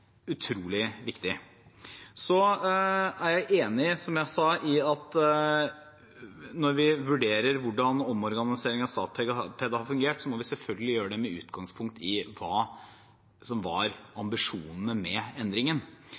utrolig viktig. Jeg er enig, som jeg sa, i at når vi vurderer hvordan omorganiseringen av Statped har fungert, må vi selvfølgelig gjøre det med utgangspunkt i hva som var ambisjonene med endringen.